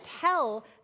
tell